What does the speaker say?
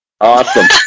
Awesome